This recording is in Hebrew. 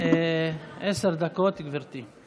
עשר דקות, גברתי.